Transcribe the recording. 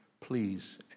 please